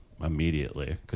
immediately